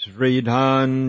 Sridhan